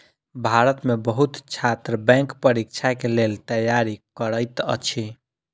भारत में बहुत छात्र बैंक परीक्षा के लेल तैयारी करैत अछि